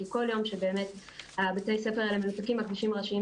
כי כל יום שבאמת בתי הספר האלה מנותקים מהכבישים הראשיים,